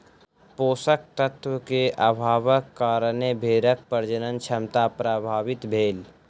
पोषक तत्व के अभावक कारणें भेड़क प्रजनन क्षमता प्रभावित भेल